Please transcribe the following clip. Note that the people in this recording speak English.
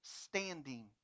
standing